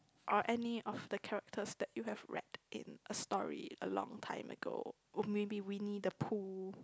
or any of the characters that you have read in a story a long time ago or maybe Winnie the Pooh